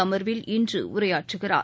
அமர்வில் இன்று உரையாற்றுகிறார்